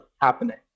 happening